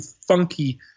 funky